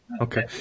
Okay